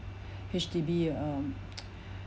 H_D_B um